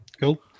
cool